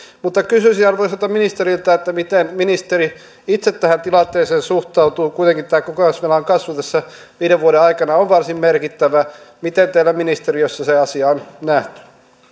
mutta kysyisin arvoisalta ministeriltä miten ministeri itse tähän tilanteeseen suhtautuu kuitenkin tämä kokonaisvelan kasvu tässä viiden vuoden aikana on varsin merkittävä miten teillä ministeriössä se asia on nähty